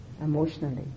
emotionally